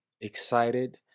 excited